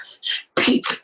Speak